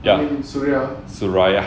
Suria Suria